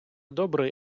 добрий